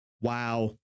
wow